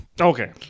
Okay